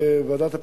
ועדת הפיקוח.